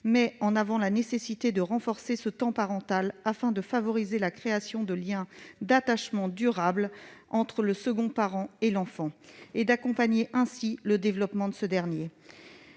met en avant la nécessité de renforcer ce temps parental afin de favoriser la création de liens d'attachement durables entre le second parent et l'enfant et, ainsi, d'accompagner le développement de celui-ci.